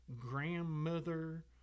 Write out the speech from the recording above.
grandmother